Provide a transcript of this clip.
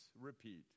repeat